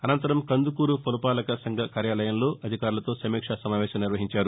అనంతరం కందుకూరు పురపాలక సంఘ కార్యాలయంలో అధికారులతో సమీక్షా సమావేశం నిర్వహించారు